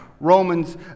Romans